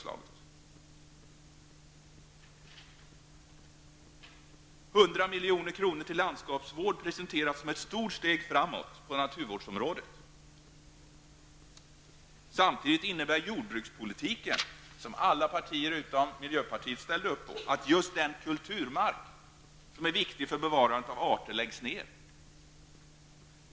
100 milj.kr. till landskapsvård presenteras som ett stort steg framåt på naturvårdsområdet. Samtidigt innebär jordbrukspolitiken -- som alla partier utom miljöpartiet ställde upp på -- att just den kulturmark som är viktig för bevarandet av arter läggs ned.